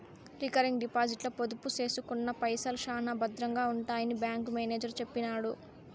recurring డిపాజిట్ల పొదుపు సేసుకున్న పైసల్ శానా బద్రంగా ఉంటాయని బ్యాంకు మేనేజరు సెప్పినాడు